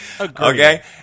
okay